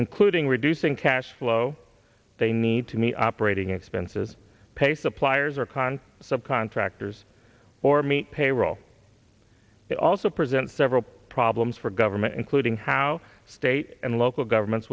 including reducing cash flow they need to meet operating expenses pay suppliers or condo subcontractors or meet payroll it also present several problems for government including how state and local governments